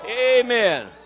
Amen